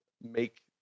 make